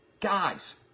Guys